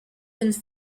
une